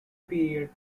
period